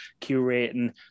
curating